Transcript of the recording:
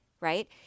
right